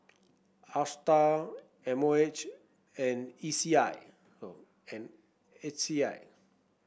Astar M O H and E C I and H E I